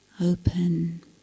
open